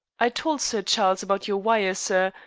i told sir charles about your wire, sir,